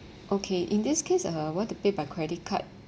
okay in this case uh I want to pay by credit card